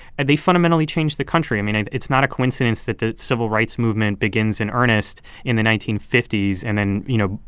and they fundamentally change the country. i mean, it's not a coincidence that the civil rights movement begins in earnest in the nineteen fifty s and then, you know,